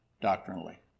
doctrinally